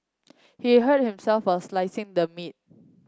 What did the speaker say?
he hurt himself a slicing the meat